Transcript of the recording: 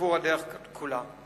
סיפור הדרך כולה.